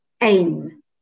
aim